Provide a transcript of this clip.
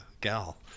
gal